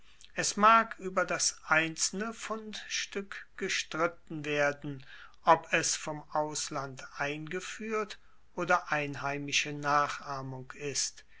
es mag ueber das einzelne fundstueck gestritten werden ob es vom ausland eingefuehrt oder einheimische nachahmung ist